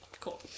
Cool